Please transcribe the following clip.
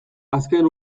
azken